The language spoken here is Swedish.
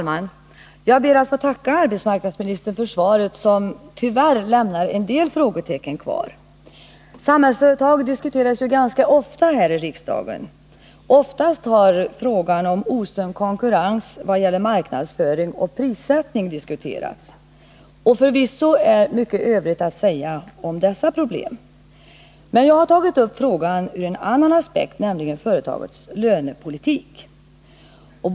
Fru talman! Jag ber att få tacka arbetsmarknadsministern för svaret, som tyvärr lämnar en del frågetecken kvar. Samhällsföretag diskuteras ju ganska ofta här i riksdagen. Oftast har frågan om osund konkurrens vad gäller marknadsföring och prissättning diskuterats. Och förvisso är mycket övrigt att säga om dessa problem. Men jag har tagit upp frågan ur en annan aspekt, nämligen företagets lönepolitik.